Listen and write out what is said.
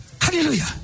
Hallelujah